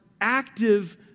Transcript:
active